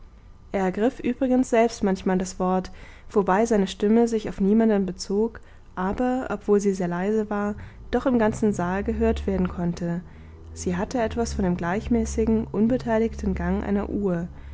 ergriff übrigens selbst manchmal das wort wobei seine stimme sich auf niemanden bezog aber obwohl sie sehr leise war doch im ganzen saal gehört werden konnte sie hatte etwas von dem gleichmäßigen unbeteiligten gang einer uhr